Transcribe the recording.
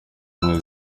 zimwe